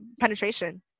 penetration